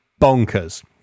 bonkers